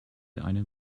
einen